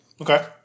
Okay